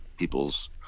people's